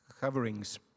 coverings